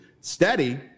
steady